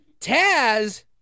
Taz